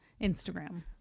Instagram